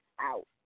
out